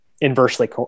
Inversely